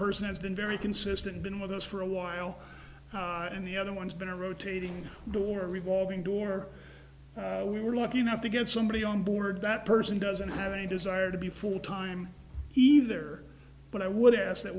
person has been very consistent been with us for a while and the other one's been a rotating door revolving door or we were lucky enough to get somebody on board that person doesn't have any desire to be full time either but i would ask that